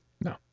No